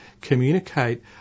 communicate